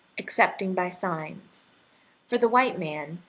excepting by signs for the white man,